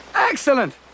Excellent